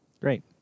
great